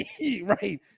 Right